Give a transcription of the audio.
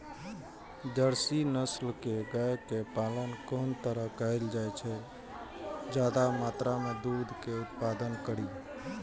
Jersey नस्ल के गाय के पालन कोन तरह कायल जाय जे ज्यादा मात्रा में दूध के उत्पादन करी?